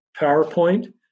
PowerPoint